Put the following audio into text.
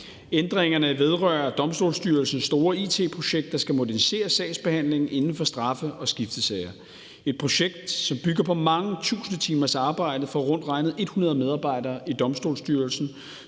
Ændringerne vedrører Domstolsstyrelsen store it-projekt, der skal modernisere sagsbehandlingen inden for straffe- og skiftesager. Det er et projekt, som bygger på mange tusinde timers arbejde for rundt regnet 100 medarbejdere i Domstolsstyrelsen,